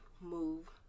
move